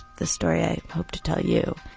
the story i hope to tell you,